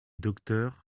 docteur